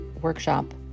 workshop